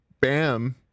Bam